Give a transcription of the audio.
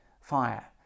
fire